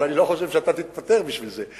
אבל אני לא חושב שאתה תתפטר בשביל זה.